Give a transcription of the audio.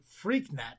freaknet